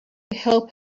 help